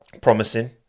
promising